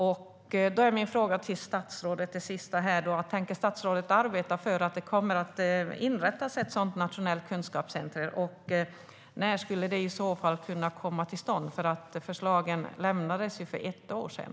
Då är min sista fråga till statsrådet: Tänker statsrådet arbeta för att det kommer att inrättas ett sådant nationellt kunskapscentrum? När skulle det i så fall kunna komma till stånd? Förslagen lämnades ju för ett år sedan.